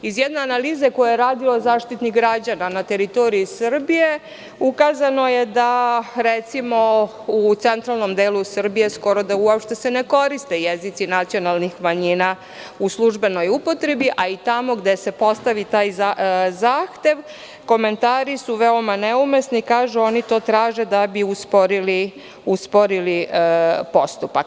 Iz jedne analize koju je radio zaštitnik građana na teritoriji Srbije, ukazano je da recimo u centralnom delu Srbije skoro da se uopšte ne koriste jezici nacionalnih manjina u službenoj upotrebi, a i tamo gde se postavi taj zahtev, komentari su veoma neumesni, kažu da oni to traže da bi usporili postupak.